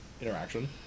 interaction